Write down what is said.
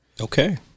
Okay